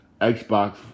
Xbox